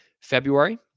February